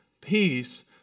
Peace